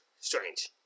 Strange